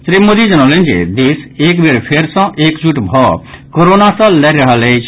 श्री मोदी जनौलनि जे देश एक बेर फेर सॅ एकजुट भऽ कोरोना सॅ लड़ि रहल अछि